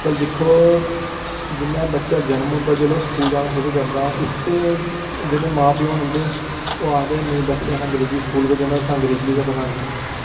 अगर दिक्खो जिसलै बच्चे दा जन्म होंदा ऐ जिसलै ओह् स्कूल जाना शुरु करदा इक ते जेह्ड़े मां प्यो न उं'दे ओह् आखदे नेईं बच्चे असें अंग्रेजी स्कूल भेजने उत्थेै अंग्रेजी गै पढ़ानी ऐ